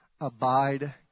Abide